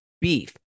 beef